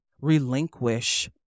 relinquish